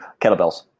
Kettlebells